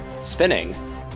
spinning